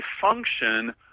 function